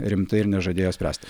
rimtai ir nežadėjo spręsti